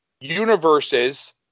universes